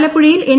ആലപ്പുഴയിൽ എൻ